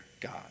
God